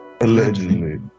Allegedly